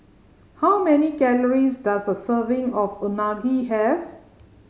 how many calories does a serving of Unagi have